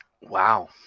Wow